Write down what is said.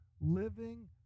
living